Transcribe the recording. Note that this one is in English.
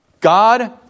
God